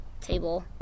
table